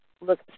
look